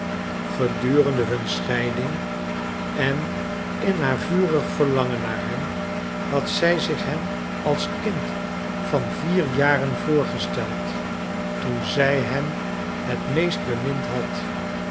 gedurende hun scheiding en in haar vurig verlangen naar hem had zij zich hem als kind van vier jaren voorgesteld toen zij hem het meest bemind had